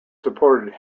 supported